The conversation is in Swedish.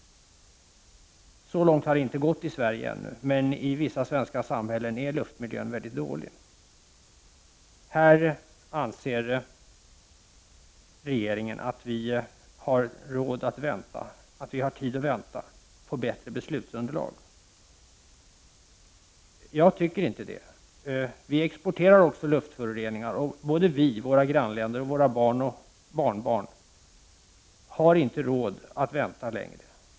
Så långt har det inte gått i Sverige ännu, men i vissa svenska samhällen är luftmiljön mycket dålig. Här anser regeringen att vi har råd och tid att vänta på bättre beslutsunderlag. Jag tycker inte det. Vi exporterar också luftföroreningar, och varken vi, våra grannländer, våra barn eller barnbarn har råd att vänta längre.